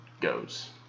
goes